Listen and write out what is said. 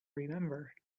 remember